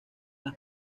las